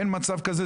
אין מצב כזה,